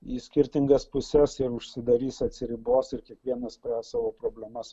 į skirtingas puses ir užsidarys atsiribos ir kiekvienas spręs savo problemas